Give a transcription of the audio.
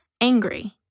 angry